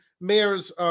Mayor's